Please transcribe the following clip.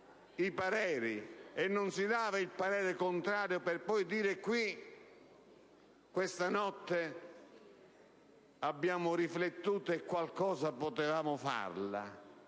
i pareri e non si sarebbe dato il parere contrario per poi dire qui: questa notte abbiamo riflettuto e qualcosa potevamo farla.